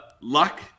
luck